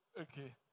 Okay